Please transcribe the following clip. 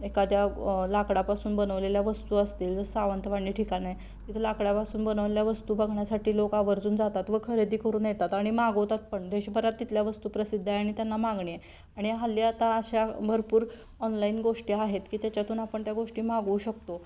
एखाद्या लाकडापासून बनवलेल्या वस्तू असतील जसं सावंतवाडी ठिकाण आहे तिथं लाकडापासून बनवलेल्या वस्तू बघण्यासाठी लोक आवर्जून जातात व खरेदी करून येतात आणि मागवतात पण देशभरात तिथल्या वस्तू प्रसिद्ध आहे आणि त्यांना मागणी आहे आणि हल्ली आता अशा भरपूर ऑनलाईन गोष्टी आहेत की त्याच्यातून आपण त्या गोष्टी मागवू शकतो